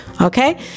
Okay